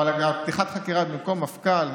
או על פתיחת חקירה במקום מפכ"ל,